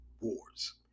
wars